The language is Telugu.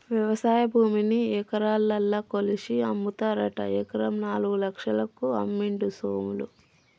వ్యవసాయ భూమిని ఎకరాలల్ల కొలిషి అమ్ముతారట ఎకరం నాలుగు లక్షలకు అమ్మిండు సోములు